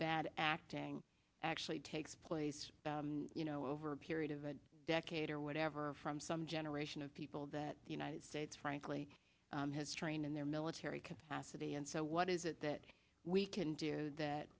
bad acting actually takes place you know over a period of a decade or whatever from some generation of people that the united states frankly has trained in their military capacity and so what is it that we can do that